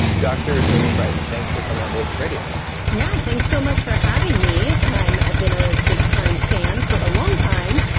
dr jolene brighton, thanks for coming on bulletproof radio yeah. thanks so much for having me. i'm, i've been a big time fan, for a long time,